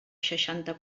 seixanta